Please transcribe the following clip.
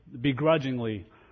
begrudgingly